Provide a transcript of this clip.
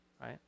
right